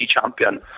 champion